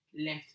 left